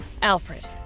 Alfred